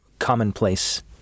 Commonplace